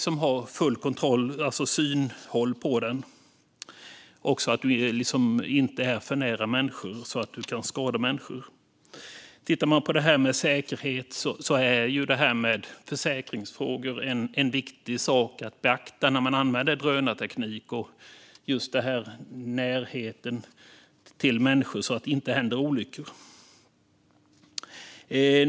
Man har full kontroll och kan se den så att den inte kommer för nära människor eller skadar någon. När det gäller säkerhet är försäkringsfrågor en viktig sak att beakta när drönarteknik används, just med tanke på närheten till människor så att det inte händer olyckor.